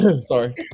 Sorry